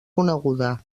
coneguda